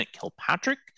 Kilpatrick